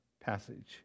passage